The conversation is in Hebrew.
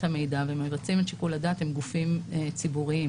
המידע ומבצעים את שיקול הדעת הם גופים ציבוריים,